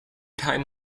time